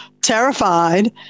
terrified